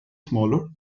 smaller